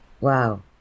wow